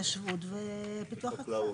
התיישבות ופיתוח הכפר.